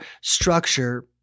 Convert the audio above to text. structure